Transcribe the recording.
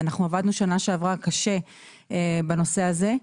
אנחנו עבדנו קשה בשנה שעברה בנושא הזה.